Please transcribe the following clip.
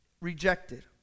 rejected